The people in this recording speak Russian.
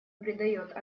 придает